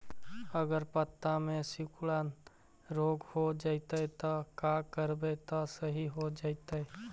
अगर पत्ता में सिकुड़न रोग हो जैतै त का करबै त सहि हो जैतै?